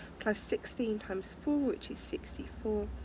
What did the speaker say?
plus sixteen, times four which is sixty four,